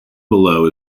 below